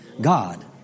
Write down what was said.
God